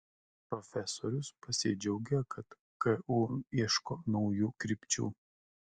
profesorius pasidžiaugė kad ku ieško naujų krypčių